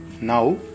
now